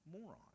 moron